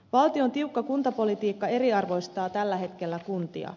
valtion tiukka kuntapolitiikka eriarvoistaa tällä hetkellä kuntia